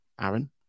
Aaron